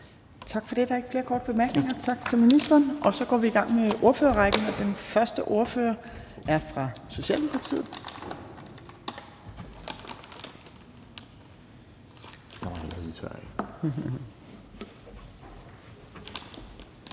Tak for det. Der er ikke flere korte bemærkninger. Tak til ministeren. Og så går vi i gang med ordførerrækken. Den første ordfører er fra Socialdemokratiet.